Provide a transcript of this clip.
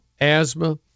asthma